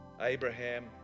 abraham